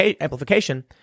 amplification